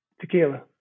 Tequila